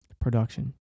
Production